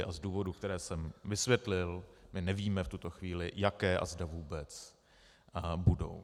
A z důvodů, které jsem vysvětlil, my nevíme v tuto chvíli jaké, a zda vůbec budou.